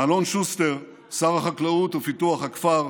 אלון שוסטר, שר החקלאות ופיתוח הכפר,